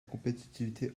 compétitivité